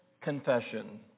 confession